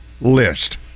list